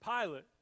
Pilate